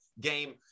game